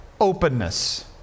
Openness